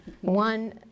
One